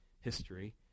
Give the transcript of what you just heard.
history